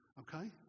Okay